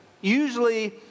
usually